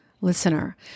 listener